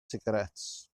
sigaréts